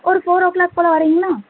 ஒரு four o'clock போல் வர்றீங்களா